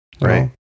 right